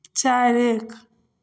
चारेक